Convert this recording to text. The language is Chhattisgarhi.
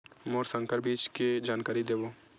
मोला संकर बीज के जानकारी देवो?